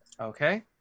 Okay